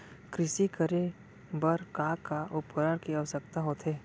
कृषि करे बर का का उपकरण के आवश्यकता होथे?